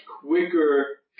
quicker